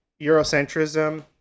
Eurocentrism